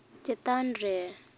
ᱪᱮᱛᱟᱱ ᱨᱮ